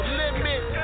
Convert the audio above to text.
limit